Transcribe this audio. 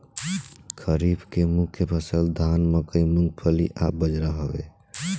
खरीफ के मुख्य फसल धान मकई मूंगफली आ बजरा हवे